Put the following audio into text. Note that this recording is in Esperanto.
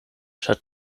ĉar